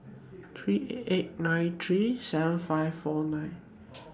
three eight nine three seven five four nine